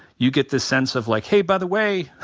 you get this sense of like hey, by the way,